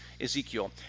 Ezekiel